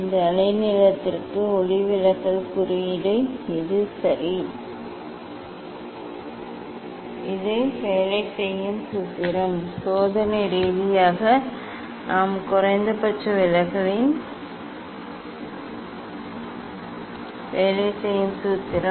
இந்த அலைநீளத்திற்கு ஒளிவிலகல் குறியீடு எது சரி இது வேலை செய்யும் சூத்திரம்